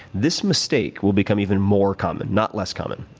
this mistake will become even more common not less common.